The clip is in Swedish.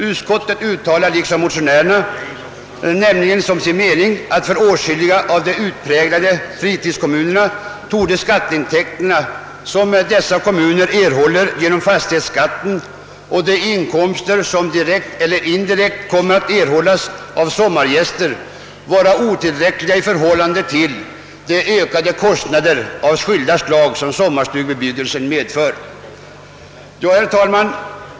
Det heter i utskottets betänkande att för åtskilliga utpräglade fritidskommuner torde de skatteintäkter, som dessa kommuner erhåller genom fastighetsskatten och de inkomster som direkt eller indirekt kan erhållas från sommargäster, vara otillräckliga i förhållande till de ökade kostnader av skilda slag som sommarstugebebyggelse medför.